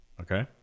Okay